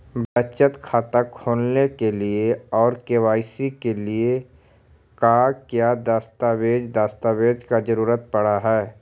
बचत खाता खोलने के लिए और के.वाई.सी के लिए का क्या दस्तावेज़ दस्तावेज़ का जरूरत पड़ हैं?